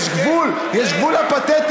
יש גבול, יש גבול לפתטיות.